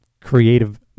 creative